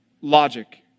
logic